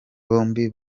bombi